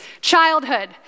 Childhood